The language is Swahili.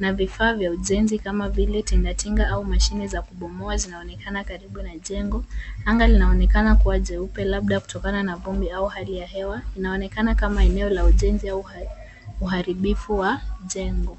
na vifaa vya ujenzi kama vile tingatinga au mashine za kubomoa zinaonekana karibu na jengo. Anga linaonekana kuwa jeupe labda kutokana na vumbi au hali ya hewa. Inaonekana kama eneo la ujenzi au uharibifu wa jengo.